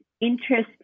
interest